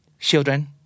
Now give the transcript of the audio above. Children